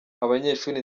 abanyeshuri